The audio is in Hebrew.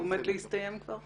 שעומד להסתיים כבר?